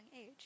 age